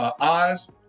eyes